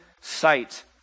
sight